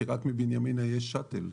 כי רק מבנימינה יש שאטל,